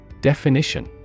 Definition